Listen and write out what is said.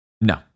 No